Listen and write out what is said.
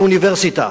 לאוניברסיטה?